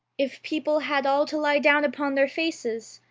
if people had all to lie down upon their faces,